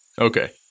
Okay